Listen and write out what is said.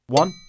one